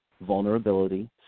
vulnerability